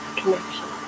connection